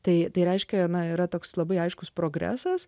tai reiškia ana yra toks labai aiškus progresas